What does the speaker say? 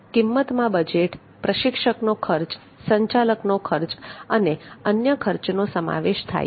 કિંમતમાં બજેટ પ્રશિક્ષકનો ખર્ચ સંચાલકનો ખર્ચ અને અન્ય ખર્ચનો સમાવેશ થાય છે